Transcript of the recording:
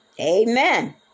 Amen